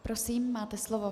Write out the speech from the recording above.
Prosím, máte slovo.